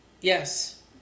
Yes